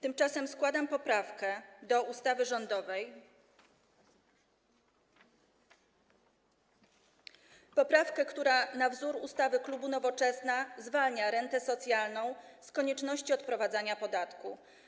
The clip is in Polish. Tymczasem składam poprawkę do ustawy rządowej, poprawkę, która na wzór ustawy klubu Nowoczesna zwalnia rentę socjalną z konieczności odprowadzania podatku.